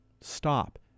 stop